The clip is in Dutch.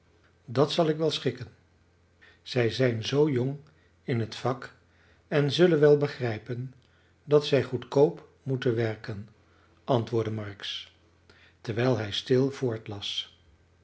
dat zal ik wel schikken zij zijn zoo jong in het vak en zullen wel begrijpen dat zij goedkoop moeten werken antwoordde marks terwijl hij stil